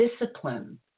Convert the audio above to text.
discipline